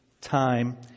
time